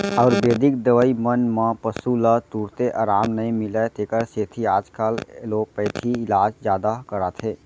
आयुरबेदिक दवई मन म पसु ल तुरते अराम नई मिलय तेकर सेती आजकाल एलोपैथी इलाज जादा कराथें